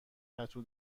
پتو